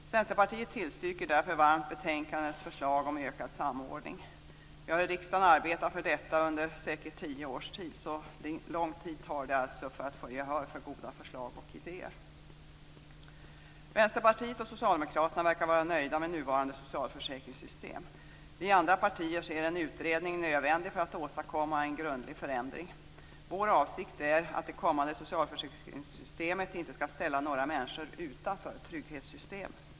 Centerpartiet tillstyrker därför varmt betänkandets förslag om ökad samordning. Vi har i riksdagen arbetat för detta under säkerligen tio år. Så lång tid tar det alltså att få gehör för goda förslag och idéer. Vänsterpartiet och Socialdemokraterna verkar vara nöjda med nuvarande socialförsäkringssystem. Vi i andra partier ser en utredning vara nödvändig för att åstadkomma en grundlig förändring. Vår avsikt är att de kommande socialförsäkringssystemen inte skall ställa några människor utanför trygghetssystem.